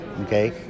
okay